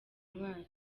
mwana